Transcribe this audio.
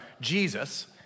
Jesus